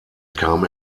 kam